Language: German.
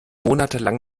monatelang